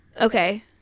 okay